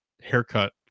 haircut